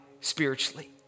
spiritually